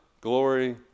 Glory